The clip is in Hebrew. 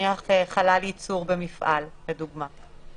נניח חלל ייצור במפעל לדוגמה,